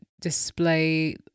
display